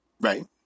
Right